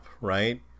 right